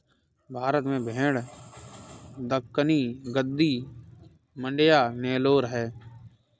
भारत में भेड़ दक्कनी, गद्दी, मांड्या, नेलोर है